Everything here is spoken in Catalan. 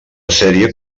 sèrie